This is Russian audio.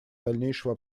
дальнейшего